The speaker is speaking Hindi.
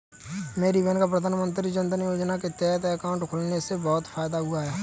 मेरी बहन का प्रधानमंत्री जनधन योजना के तहत अकाउंट खुलने से बहुत फायदा हुआ है